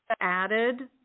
added